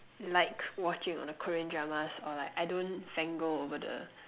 like watching all the Korean Dramas or like I don't fangirl over the